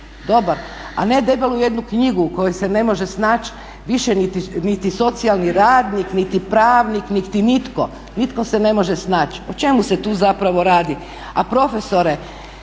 dobar, a ne debelu jednu knjigu u kojoj se ne može snaći više niti socijalni radnik niti pravnik niti nitko, nitko se ne može snaći o čemu se tu zapravo radi. A profesore